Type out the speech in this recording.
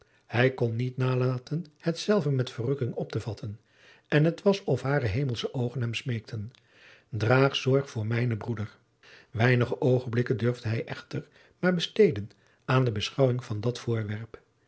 hij kon niet nalaten hetzelve met verrukking op te vatten en het was of hare hemelsche oogen hem smeekten draag zorg voor mijnen broeder weinige oogenblikken durfde hij echter maar besteden aan de beschouwing van dat voorwerp